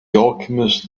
alchemist